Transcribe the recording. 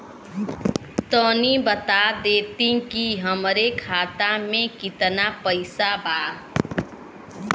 तनि बता देती की हमरे खाता में कितना पैसा बा?